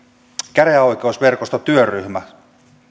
käräjäoikeusverkostotyöryhmä